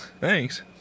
Thanks